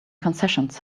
concessions